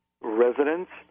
residents